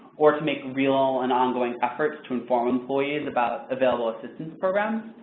or, to make real and ongoing efforts to inform employees about available assistance programs.